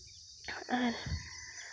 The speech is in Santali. ᱟᱨ